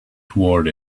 toward